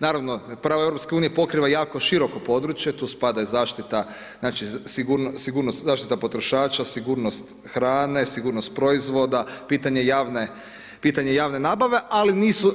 Naravno prava EU, pokriva jako široko područje, tu spada zaštita, sigurnost, zaštita potrošača, sigurnost hrane, sigurnost proizvoda, pitanje javne nabave,